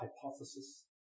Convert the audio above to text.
hypothesis